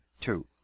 two